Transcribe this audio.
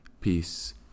peace